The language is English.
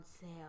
sale